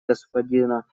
господина